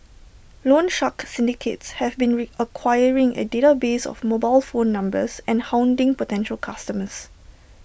loan shark syndicates have been re acquiring A database of mobile phone numbers and hounding potential customers